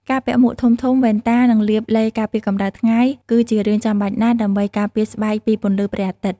ការពាក់មួកធំៗ វ៉ែនតា និងលាបឡេការពារកម្ដៅថ្ងៃគឺជារឿងចាំបាច់ណាស់ដើម្បីការពារស្បែកពីពន្លឺព្រះអាទិត្យ។